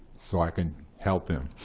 so i can help him.